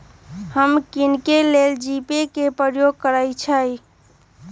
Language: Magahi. हम किने के लेल जीपे कें प्रयोग करइ छी